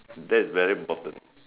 that's very important